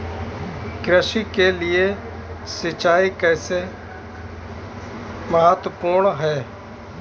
कृषि के लिए सिंचाई कैसे महत्वपूर्ण है?